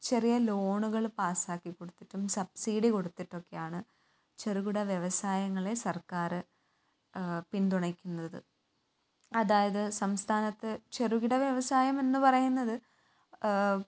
ചെറിയ ലോണുകൾ പാസ് ആക്കി കൊടുത്തിട്ടും സബ്സിഡി കൊടുത്തിട്ടൊക്കെയാണ് ചെറുകിട വ്യവസായങ്ങളെ സർക്കാർ പിന്തുണക്കുന്നത് അതായത് സംസ്ഥാനത്ത് ചെറുകിട വ്യവസായമെന്ന് പറയുന്നത്